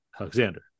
Alexander